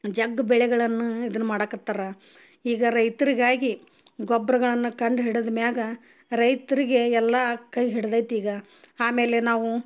ಜಗ ಬೆಳೆಗಳನ್ನು ಇದನ್ನು ಮಾಡಕತ್ತಾರ ಈಗ ರೈತ್ರಿಗಾಗಿ ಗೊಬ್ರಗಳನ್ನ ಕಂಡು ಹಿಡಿದ ಮ್ಯಾಗ ರೈತ್ರಿಗೆ ಎಲ್ಲ ಕೈ ಹಿಡಿದೈತಿ ಈಗ ಆಮೇಲೆ ನಾವು